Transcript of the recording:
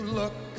look